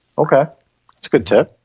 ok it's good to.